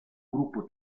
gruppo